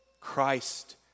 Christ